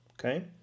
okay